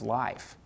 life